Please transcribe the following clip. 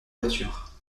voiture